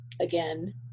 again